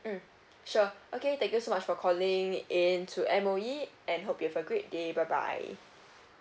um sure okay thank you so much for calling in to M_O_E and hope you have a great day bye bye